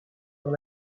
dans